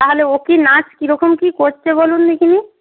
তাহলে ও কি নাচ কীরকম কী করছে বলুন দেখিনি